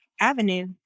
avenue